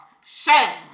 Shame